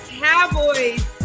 cowboys